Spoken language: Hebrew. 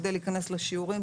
כדי להיכנס לשיעורים,